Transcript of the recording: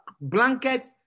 blanket